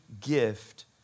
gift